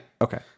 Okay